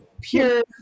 Pure